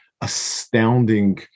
astounding